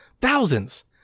Thousands